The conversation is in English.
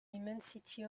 immensity